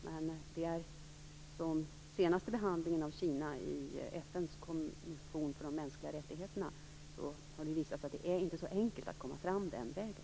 Vid den senaste behandlingen av Kina i FN:s kommission för de mänskliga rättigheterna har det visat sig att det inte är så enkelt att komma fram den vägen.